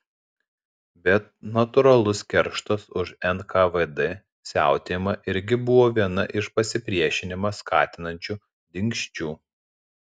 bet natūralus kerštas už nkvd siautėjimą irgi buvo viena iš pasipriešinimą skatinančių dingsčių